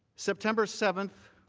september seventh,